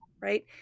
right